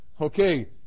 Okay